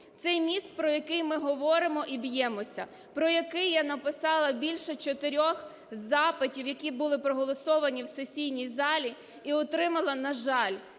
Цей міст, про який ми говоримо і б'ємося, про який я написала більше 4 запитів, які були проголосовані в сесійній залі, і отримала, на жаль,